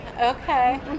Okay